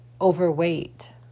overweight